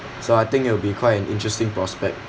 so I think it'll be quite an interesting prospect